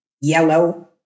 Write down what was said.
Yellow